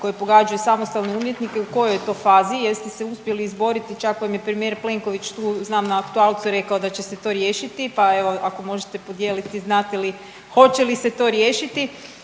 koje pogađaju samostalne umjetnike u kojoj te to fazi, jeste se uspjeli izboriti, čak vam je i premijer Plenković tu znam na aktualcu rekao da će se to riješiti, pa evo ako možete podijeliti znate li hoće li se to riješiti?